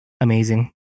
amazing